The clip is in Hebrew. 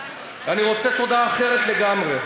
אני רוצה תודה אחרת לגמרי.